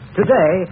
Today